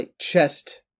chest